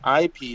IP